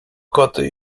koty